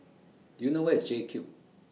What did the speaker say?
Do YOU know Where IS JCube